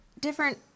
different